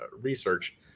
research